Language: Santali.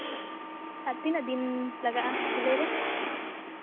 ᱛᱤᱱᱟᱹᱜ ᱫᱤᱱ ᱞᱟᱜᱟᱜᱼᱟ ᱥᱤᱞᱟᱹᱭ ᱨᱮ